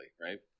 right